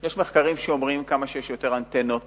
יש מחקרים שאומרים שככל שיש יותר אנטנות